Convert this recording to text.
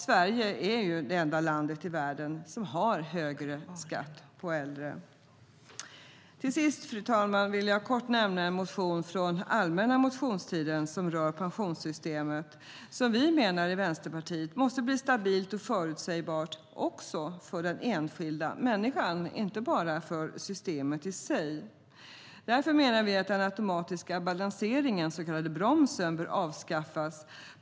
Sverige är det enda landet i världen som har högre skatt på äldre. Fru talman! Jag vill till sist kort nämna en motion från allmänna motionstiden som rör pensionssystemet som vi i Vänsterpartiet menar måste bli stabilt och förutsägbart också för den enskilda människan och inte bara för systemet i sig. Därför menar vi att den automatiska balanseringen, den så kallade bromsen, bör avskaffas.